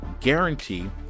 guarantee